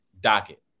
docket